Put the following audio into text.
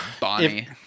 Bonnie